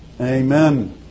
Amen